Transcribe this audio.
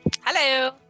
Hello